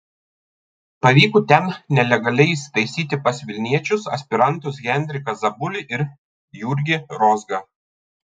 pavyko ten nelegaliai įsitaisyti pas vilniečius aspirantus henriką zabulį ir jurgį rozgą